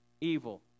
evil